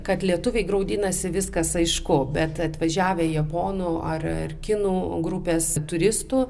kad lietuviai graudinasi viskas aišku bet atvažiavę japonų ar kinų grupės turistų